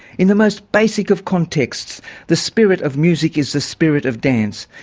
in the most basic of contexts the spirit of music is the spirit of dance.